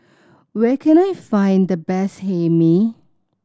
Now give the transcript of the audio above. where can I find the best Hae Mee